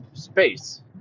Space